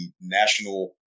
national